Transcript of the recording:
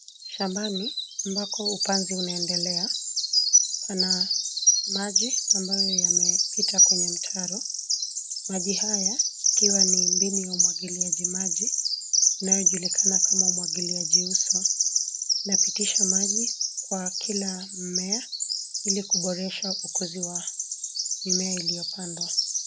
Shambani ambapo upanzi unaendelea. Pana maji ambayo yanapita kwenye mtaro. Maji haya yakiwa ni mbinu ya umwagiliaji maji unaojulikana kama umwagiliaji uso. Unapitisha maji kwa kila mmea ili kuboresha ukuzi wa mimea iliyopandwa.